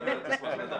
נשמח לדעת.